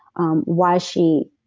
um why she